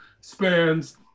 spans